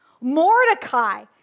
Mordecai